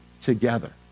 together